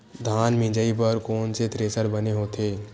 धान मिंजई बर कोन से थ्रेसर बने होथे?